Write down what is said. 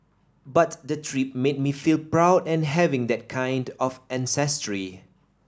but the trip made me feel proud and having that kind of ancestry